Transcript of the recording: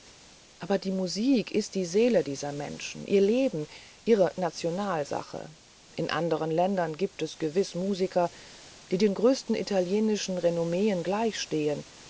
aber die musik ist die seele dieser menschen ihr leben ihre nationalsache in anderen ländern gibt es gewiß musiker die den größten italienischen renommeen